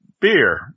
beer